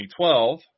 2012